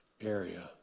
area